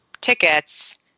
tickets